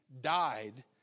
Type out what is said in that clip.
died